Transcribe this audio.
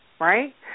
right